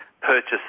purchase